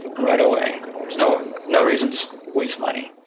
right away. there's no no reason just waste money.